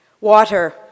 Water